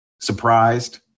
surprised